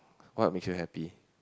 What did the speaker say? what makes you happy